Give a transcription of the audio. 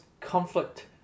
conflict